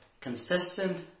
Consistent